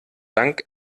dank